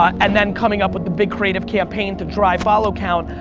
and then coming up with the big creative campaign to drive follow count,